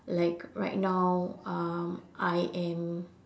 like right now um I am